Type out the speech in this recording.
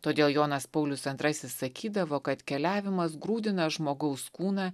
todėl jonas paulius antrasis sakydavo kad keliavimas grūdina žmogaus kūną